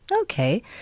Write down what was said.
Okay